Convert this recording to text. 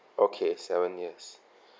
okay seven years